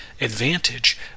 advantage